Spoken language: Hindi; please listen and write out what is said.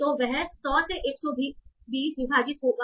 तो वह 100 से 120 विभाजित होगा